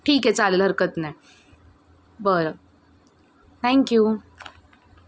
ठीक आहे चालेल हरकत नाही बरं थँक्यू